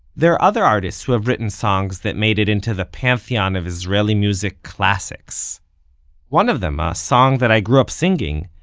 there are others artists who have written songs that made it into the pantheon of israeli music classics one of them, a song that i grew up singing,